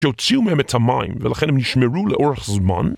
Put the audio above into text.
שהוציאו מהם את המים, ולכן הם נשמרו לאורך זמן?